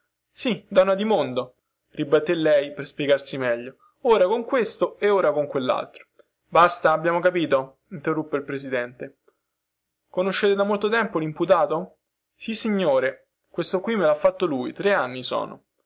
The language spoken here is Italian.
sì donna di mondo ribattè lei per spiegarsi meglio ora con questo e ora con quellaltro basta abbiamo capito interruppe il presidente conoscete da molto tempo limputato sissignore questo qui me lha fatto lui tre anni sono